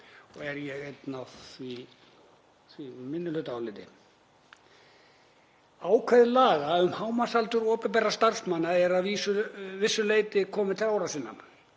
Ég er einn á því minnihlutaáliti. Ákvæði laga um hámarksaldur opinberra starfsmanna eru að vissu leyti komin til ára sinna.